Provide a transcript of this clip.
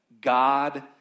God